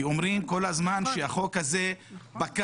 כי אומרים כל הזמן שהחוק הזה פקע,